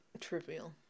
Trivial